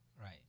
Right